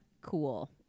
cool